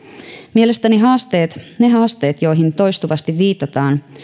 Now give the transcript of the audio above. mielestäni haasteet ne haasteet joihin toistuvasti viitataan